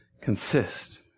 consist